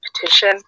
petition